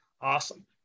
Awesome